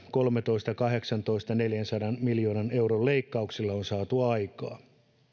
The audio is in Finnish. kolmetoista viiva kahdeksantoista tehdyillä neljänsadan miljoonan euron leikkauksilla on saatu aikaan